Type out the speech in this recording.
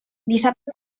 dissabte